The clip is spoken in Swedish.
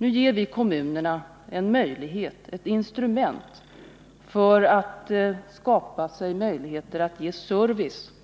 Nu ger vi kommunerna ett instrument för att skapa sig möjligheter att ge